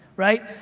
right?